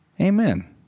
Amen